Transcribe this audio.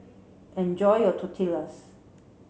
enjoy your Tortillas